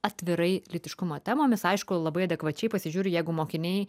atvirai lytiškumo temomis aišku labai adekvačiai pasižiūri jeigu mokiniai